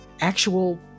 actual